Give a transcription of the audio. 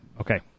Okay